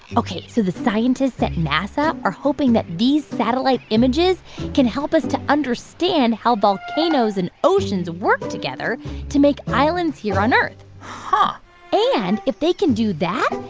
ok. so the scientists at nasa are hoping that these satellite images can help us to understand how volcanoes and oceans work together to make islands here on earth huh and if they can do that,